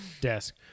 desk